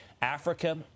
Africa